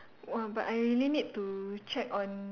!wah! but I really need to check on